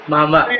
Mama